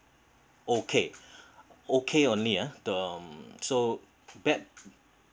okay okay only ah them so bad